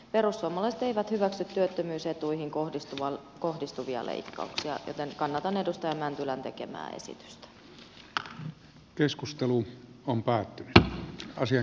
perussuomalaiset eivät hyväksy työttömyysetuihin kohdistuvia leikkauksia joten kannatan edustaja mäntylän tekemää esitystä